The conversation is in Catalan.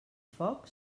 foc